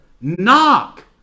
knock